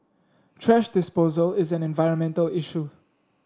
thrash disposal is an environmental issue